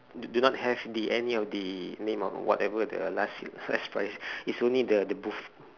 d~ do not have the any of the name or whatever the last slash price is only the the booth